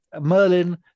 Merlin